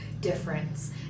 difference